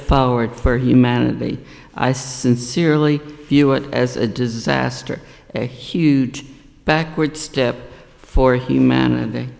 power for humanity i sincerely view it as a disaster a huge backward step for humanity